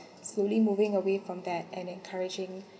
slowly moving away from that and encouraging